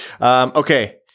Okay